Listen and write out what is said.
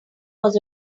was